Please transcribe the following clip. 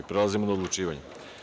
Prelazimo na odlučivanje.